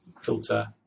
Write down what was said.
filter